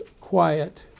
quiet